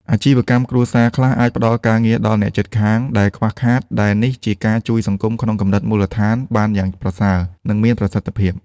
អាជីវកម្មគ្រួសារខ្លះអាចផ្ដល់ការងារដល់អ្នកជិតខាងដែលខ្វះខាត ដែលនេះជាការជួយសង្គមក្នុងកម្រិតមូលដ្ឋានបានយ៉ាងប្រសើរ និងមានប្រសិទ្ធភាព។